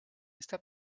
esta